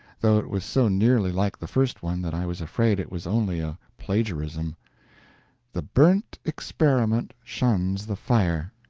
though it was so nearly like the first one that i was afraid it was only a plagiarism the burnt experiment shuns the fire.